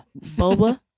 boba